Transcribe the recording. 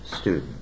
student